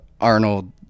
Arnold